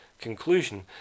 conclusion